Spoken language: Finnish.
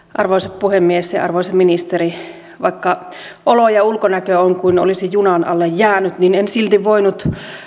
arvoisa puhemies arvoisa ministeri vaikka olo ja ulkonäkö on kuin olisi junan alle jäänyt niin en silti voinut